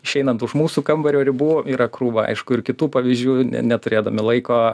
išeinant už mūsų kambario ribų yra krūva aišku ir kitų pavyzdžių ne neturėdami laiko